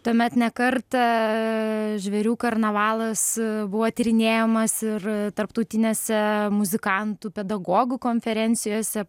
tuomet ne kartą žvėrių karnavalas buvo tyrinėjamas ir tarptautinėse muzikantų pedagogų konferencijose